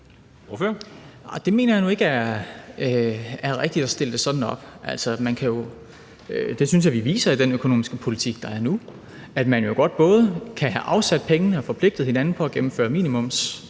Det mener jeg nu ikke er rigtigt at stille sådan op. Det synes jeg at vi viser i den økonomiske politik, der er nu, nemlig at man jo godt både kan have afsat pengene og forpligtet hinanden på at gennemføre